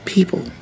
people